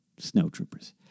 snowtroopers